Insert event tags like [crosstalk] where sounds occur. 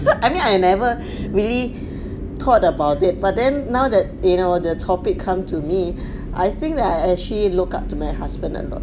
[laughs] I mean I never really thought about it but then now that you know the topic come to me I think I actually look up to my husband a lot